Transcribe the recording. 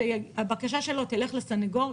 הבקשה שלו תלך לסנגור,